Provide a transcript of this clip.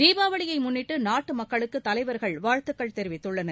தீபாவளியை முன்னிட்டு நாட்டு மக்களுக்கு தலைவர்கள் வாழ்த்துக்கள் தெரிவித்துள்ளனர்